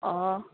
অঁ